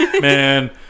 Man